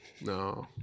No